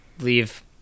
Leave